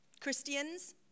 Christians